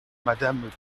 madame